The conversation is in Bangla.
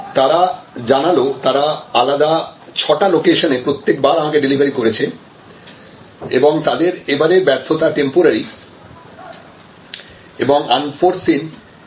তারা জানাল তারা আলাদা ৬ টা লোকেশনে প্রত্যেকবার আমাকে ডেলিভারি করেছে এবং তাদের এবারের ব্যর্থতা টেম্পোরারি এবং আনফরসিন